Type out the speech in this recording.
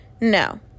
No